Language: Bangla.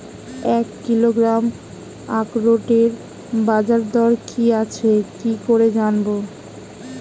এক কিলোগ্রাম আখরোটের বাজারদর কি আছে কি করে জানবো?